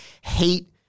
hate